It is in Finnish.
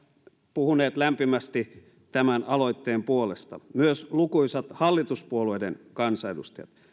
puhuneet lämpimästi tämän aloitteen puolesta myös lukuisat hallituspuolueiden kansanedustajat